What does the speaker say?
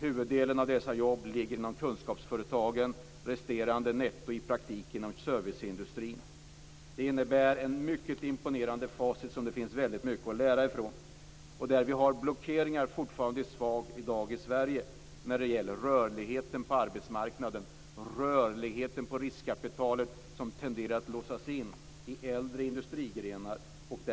Huvuddelen av dessa jobb finns inom kunskapsföretagen och resterande netto i praktiken inom serviceindustrin. Det innebär ett mycket imponerande facit som det finns väldigt mycket att lära av. Vi har i dag fortfarande blockeringar och är svaga i Sverige när det gäller rörligheten på arbetsmarknaden och rörligheten på riskkapitalet, som tenderar att låsas in i äldre industrigrenar.